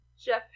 Jeff